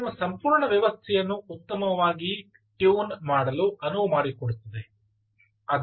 ಅದು ನಮ್ಮ ಸಂಪೂರ್ಣ ವ್ಯವಸ್ಥೆಯನ್ನು ಉತ್ತಮವಾಗಿ ಟ್ಯೂನ್ ಮಾಡಲು ಅನುವು ಮಾಡಿಕೊಡುತ್ತದೆ